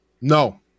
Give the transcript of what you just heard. No